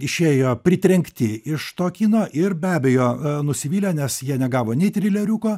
išėjo pritrenkti iš to kino ir be abejo nusivylę nes jie negavo nei trileriuko